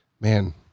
man